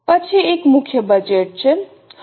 પછી એક મુખ્ય બજેટ છે